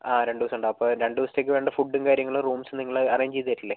ആ രണ്ട് ദിവസം ഉണ്ടാവും അപ്പോൾ രണ്ട് ദിവസത്തേക്ക് വേണ്ട ഫുഡും കാര്യങ്ങളും റൂംസ് നിങ്ങൾ അറേഞ്ച് ചെയ്ത് തരില്ലേ